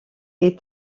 est